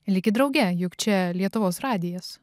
likit drauge juk čia lietuvos radijas